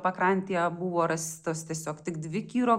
pakrantėje buvo rastos tiesiog tik dvi kiro